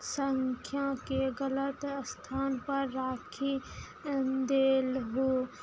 संख्याके गलत स्थान पर राखि देलहुॅं